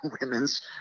women's